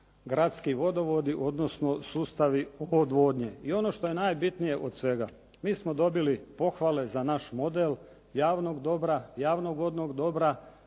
gradski vodovodi, odnosno sustavi odvodnje. I ono što je najbitnije od svega. Mi smo dobili pohvale za naš model, javnog dobra, javnog vodnog dobra,